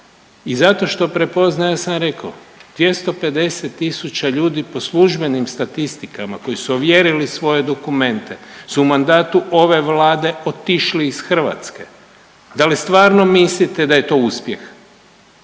i zato što prepoznaje, ja sam rekao, 250 tisuća ljudi po službenim statistikama koji su ovjerili svoje dokumente su u mandatu ove Vlade otišli iz Hrvatske, da li stvarno mislite da je to uspjeh?